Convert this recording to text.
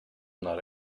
not